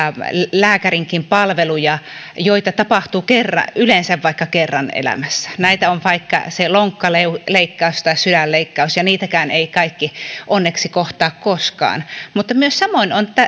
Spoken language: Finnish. lääkärinkin palveluja joita tapahtuu yleensä vaikka kerran elämässä niin näitä ovat vaikka lonkkaleikkaus tai sydänleikkaus ja niitäkään eivät kaikki onneksi kohtaa koskaan mutta samoin on